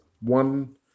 one